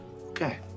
Okay